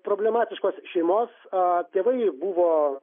problematikos šeimos a tėvai buvo